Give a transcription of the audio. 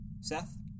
Seth